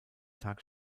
tag